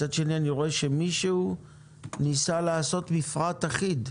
מצד שני אני רואה שמישהו ניסה לעשות מפרט אחיד,